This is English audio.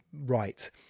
right